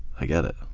i get it.